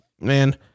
man